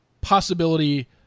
possibility